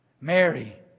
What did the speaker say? Mary